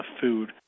food